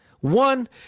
One